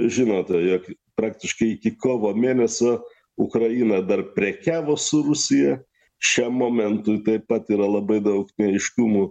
žinote jog praktiškai iki kovo mėnesio ukraina dar prekiavo su rusija šiam momentui taip pat yra labai daug neaiškumų